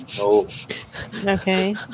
okay